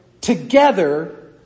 together